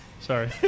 Sorry